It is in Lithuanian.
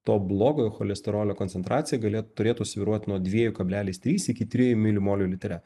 to blogojo cholesterolio koncentracija galėt turėtų svyruoti nuo dviejų kablelis trys iki trijų milimolių litre